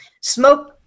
smoke